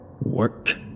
Work